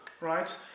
right